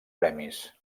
premis